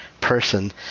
person